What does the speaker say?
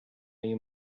you